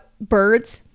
birds